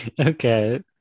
Okay